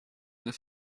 this